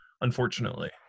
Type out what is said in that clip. unfortunately